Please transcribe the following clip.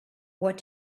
what